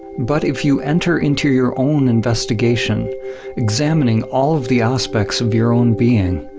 but if you enter into your own investigation examining all of the aspects of your own being,